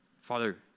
Father